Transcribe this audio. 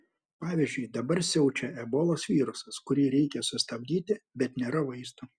pavyzdžiui dabar siaučia ebolos virusas kurį reikia sustabdyti bet nėra vaistų